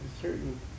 Certain